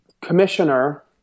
Commissioner